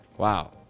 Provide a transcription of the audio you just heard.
Wow